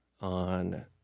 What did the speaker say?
on